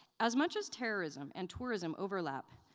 as much as terrorism and tourism overlap,